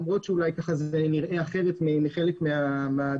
למרות שזה אולי נראה אחרת לחלק מהדוברים.